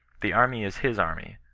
the army is his army,